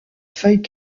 feuilles